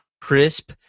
crisp